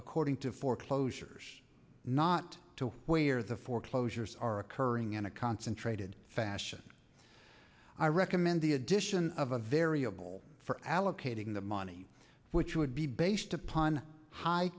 according to foreclosures not to where the foreclosures are occurring in a concentrated fashion i recommend the addition of a variable for allocating the money which would be based upon hi